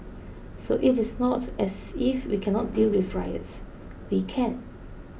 so it is not as if we cannot deal with riots we can